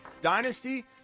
Dynasty